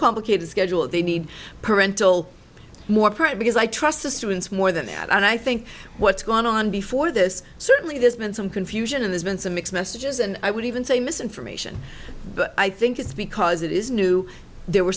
complicated schedule they need parental more pressure because i trust the students more than that and i think what's gone on before this certainly there's been some confusion and there's been some mixed messages and i would even say misinformation but i think it's because it is new there were